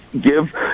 Give